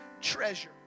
treasure